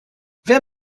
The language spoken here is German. wer